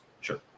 Sure